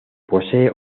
poseen